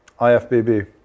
IFBB